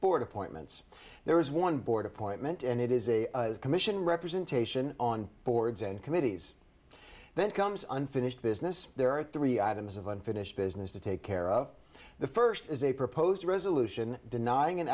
board appointments there is one board appointment and it is a commission representation on boards and committees then comes unfinished business there are three items of unfinished business to take care of the first is a proposed resolution denying an